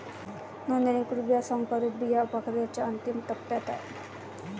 नोंदणीकृत बिया संकरित बिया प्रक्रियेच्या अंतिम टप्प्यात आहेत